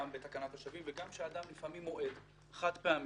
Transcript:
גם בתקנת השבים וגם שאדם לפעמים מועד חד-פעמית,